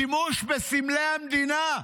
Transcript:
שימוש בסמלי המדינה.